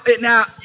now